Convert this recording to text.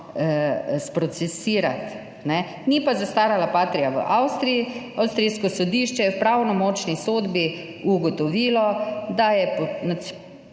sprocesirati. Ni pa zastarala Patria v Avstriji. Avstrijsko sodišče je v pravnomočni sodbi ugotovilo, da je,